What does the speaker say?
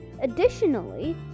Additionally